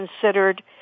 considered –